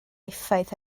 effaith